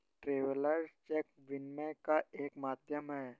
travellers cheque विनिमय का एक माध्यम है